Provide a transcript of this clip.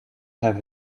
have